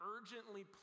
urgently